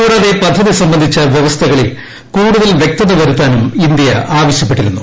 കൂടാതെ പ്പദ്ധതി സംബന്ധിച്ച വൃവസ്ഥകളിൽ കൂടുതൽ വൃക്തത വരുത്ത്യിനും ഇന്ത്യ ആവശ്യപ്പെട്ടിരുന്നു